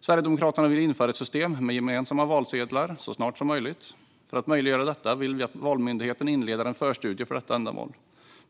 Sverigedemokraterna vill införa ett system med gemensamma valsedlar så snart som möjligt. För att möjliggöra detta vill vi att Valmyndigheten inleder en förstudie för detta ändamål.